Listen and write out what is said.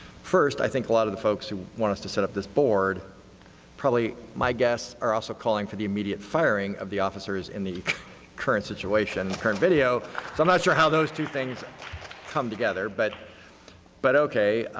first i think a lot of the folks who want us to set up this board probably, my guess are also calling for the immediate firing of the officers in the current situation in the current video so i'm not sure how those two things come together. but but okay.